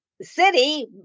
city